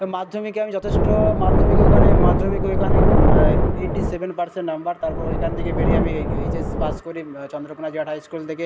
মাধ্যমিকে আমি যথেষ্ট মাধ্যমিক ওইখানে মাধ্যমিক ওইখানে এইটটি সেভেন পার্সেন্ট নম্বর তারপর ওইখান থেকে বেরিয়ে আমি এইচএস পাশ করি চন্দ্রকোণা জিরাট হাই স্কুল থেকে